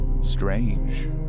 Strange